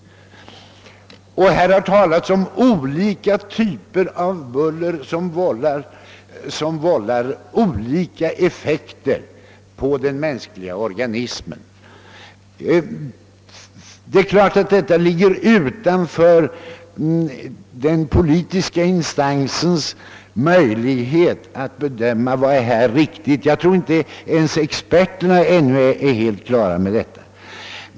Här har talats om skilda typer av buller som vållar olika effekter på den mänskliga organismen. Det är klart att det ligger utanför den politiska instansens möjlighet att bedöma vad som härvidlag är riktigt. Jag tror inte ens att experterna ännu är helt på det klara med detta.